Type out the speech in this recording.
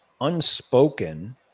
unspoken